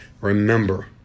Remember